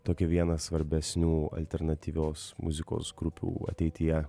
tokią vieną svarbesnių alternatyvios muzikos grupių ateityje